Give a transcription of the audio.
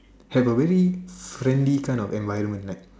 have a really friendly kind of environment like